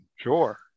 Sure